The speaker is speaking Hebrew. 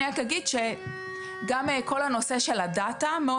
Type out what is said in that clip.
אני רק אגיד שגם כל הנושא של הדאטה מאוד